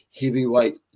heavyweight